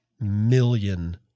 million